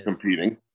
competing